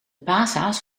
paashaas